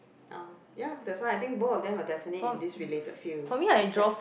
uh ya that's why I think both of them are definitely in this related field except